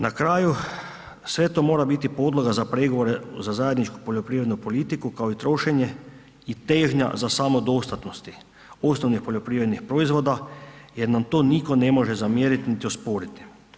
Na kraju, sve to mora biti podloga za pregovore za zajedničku poljoprivrednu politiku, kao i trošenje i težnja za samodostatnosti osnovnih poljoprivrednih proizvoda jer nam to nitno ne može zamjeriti niti osporiti.